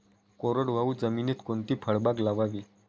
कोरडवाहू जमिनीत कोणती फळबाग लावावी?